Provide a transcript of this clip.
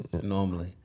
normally